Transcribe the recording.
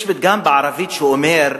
יש פתגם בערבית שאומר: